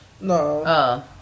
No